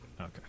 Okay